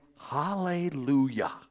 hallelujah